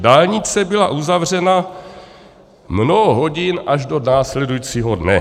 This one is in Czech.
Dálnice byla uzavřena mnoho hodin až do následujícího dne.